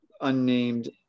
unnamed